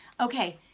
okay